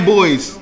Boys